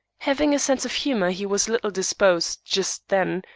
having a sense of humour, he was little disposed, just then,